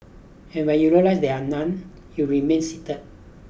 and when you realise that there are none you remain seated